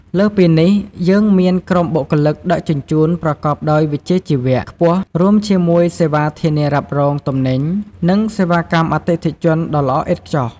លើសពីនេះ យើងមានក្រុមបុគ្គលិកដឹកជញ្ជូនប្រកបដោយវិជ្ជាជីវៈខ្ពស់ រួមជាមួយសេវាធានារ៉ាប់រងទំនិញ និងសេវាកម្មអតិថិជនដ៏ល្អឥតខ្ចោះ។